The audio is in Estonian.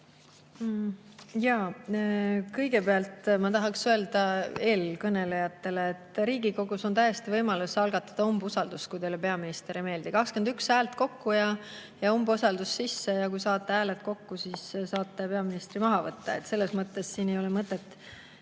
Kõigepealt ma tahan öelda eelkõnelejatele, et Riigikogus on täiesti võimalus algatada umbusaldus, kui teile peaminister ei meeldi. 21 häält kokku, ja umbusaldusavaldus sisse. Ja kui saate hääled kokku, siis saate peaministri maha võtta. Selles mõttes siin ei ole mõtet